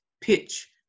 Pitch